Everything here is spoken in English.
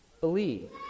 Believe